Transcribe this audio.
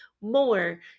more